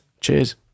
cheers